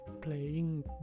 playing